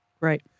Right